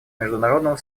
международного